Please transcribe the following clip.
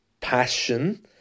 passion